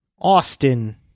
Austin